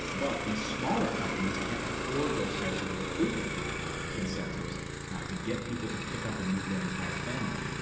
but these smaller companies can't afford those types of recruitment ah incentives to get people to pick up and move their entire family.